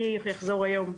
אני אחזור היום.